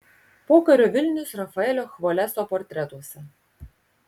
pokario vilnius rafaelio chvoleso portretuose